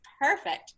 perfect